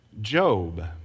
Job